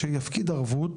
שיפקיד ערבות